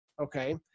okay